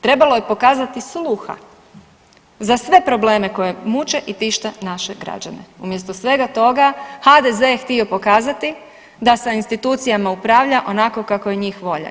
Trebalo je pokazati sluha za sve probleme koje muče i tište naše građane, umjesto svega toga HDZ je htio pokazati da sa institucijama upravlja onako kako je njih volja.